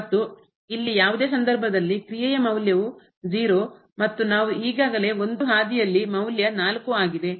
ಮತ್ತು ಇಲ್ಲಿ ಯಾವುದೇ ಸಂದರ್ಭದಲ್ಲಿ ಕ್ರಿಯೆಯ ಮೌಲ್ಯವು 0 ಮತ್ತು ನಾವು ಈಗಾಗಲೇ ಒಂದು ಹಾದಿಯಲ್ಲಿ ಮೌಲ್ಯ 4 ಆಗಿದೆ